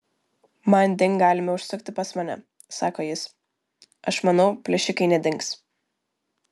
manding galime užsukti pas mane sako jis aš manau plėšikai nedings